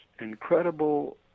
incredible